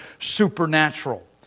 supernatural